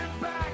back